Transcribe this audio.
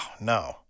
no